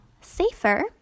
safer